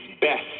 best